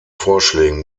vorschlägen